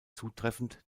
zutreffend